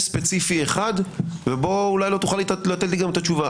ספציפי אחד ובו אולי לא תוכל לתת לי גם את התשובה.